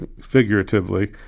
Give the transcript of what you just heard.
figuratively